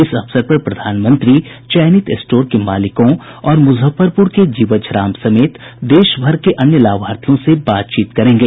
इस अवसर पर प्रधानमंत्री चयनित स्टोर के मालिकों और मुजफ्फरपुर के जीवछ राम समेत देशभर के अन्य लाभार्थियों से बातचीत करेंगे